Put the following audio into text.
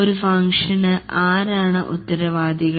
ഒരു ഫംഗ്ഷന് ആരാണ് ഉത്തരവാദികൾ